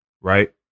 Right